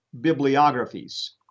bibliographies